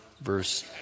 verse